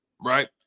right